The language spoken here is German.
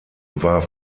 war